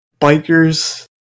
bikers